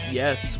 yes